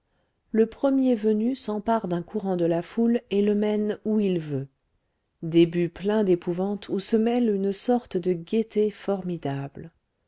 le premier venu s'empare d'un courant de la foule et le mène où il veut début plein d'épouvante où se mêle une sorte de gaîté formidable